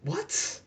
what